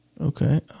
Okay